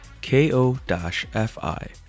K-O-F-I